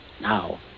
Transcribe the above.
Now